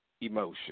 Emotion